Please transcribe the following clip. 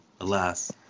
Alas